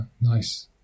Nice